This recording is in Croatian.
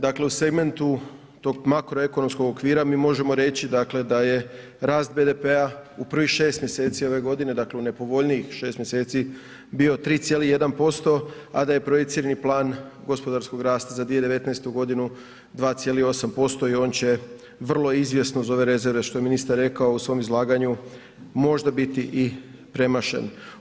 Dakle u segmentu tog makroekonomskog okvira mi možemo reći da je rast BDP-a u prvih šest mjeseci ove godine, dakle u nepovoljnijih šest mjeseci bio 3,1%, a da je projicirani plan gospodarskog rasta za 2019. godinu 2,8% i on će vrlo izvjesno uz ove rezerve što je ministar rekao u svom izlaganju možda biti i premašen.